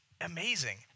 Amazing